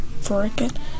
freaking